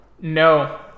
No